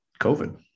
COVID